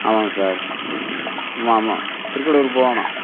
ஆமாம் சார் ஆமாம் திருக்கடையூர் போகணும்